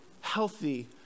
healthy